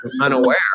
unaware